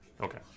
okay